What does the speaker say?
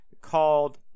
called